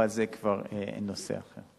אבל זה כבר נושא אחר.